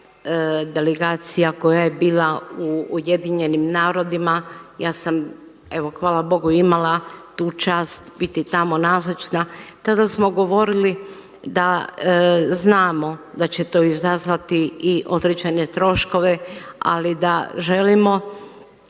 delegacija koja je bila u UN-u, evo ja sam hvala Bogu imala tu čast biti tamo nazočna, tada smo govorili da znamo da će to izazvati i određene troškove, ali da želimo